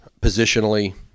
positionally